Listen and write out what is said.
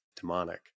demonic